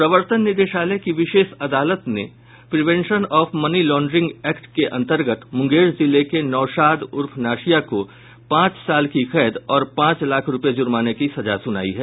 प्रवर्तन निदेशालय की विशेष अदालत ने prevention of money laundering act के अंतर्गत मूंगेर जिले के नौशाद उर्फ नशिया को पांच साल की कैद और पांच लाख रूपये जुर्माने की सजा सुनाई है